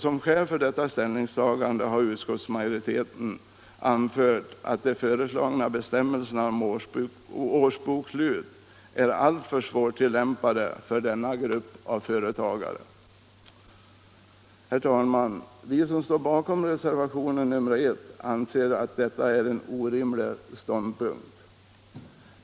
Som skäl för detta ställningstagande har utskottsmajoriteten anfört att de föreslagna bestämmelserna om årsbokslut är alltför svårtillämpade för denna grupp av företagare. Herr talman! Vi som står bakom reservationen 1 anser att detta är en orimlig ståndpunkt.